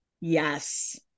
Yes